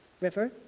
river